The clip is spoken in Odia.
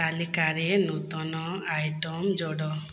ତାଲିକାରେ ନୂତନ ଆଇଟମ୍ ଯୋଡ଼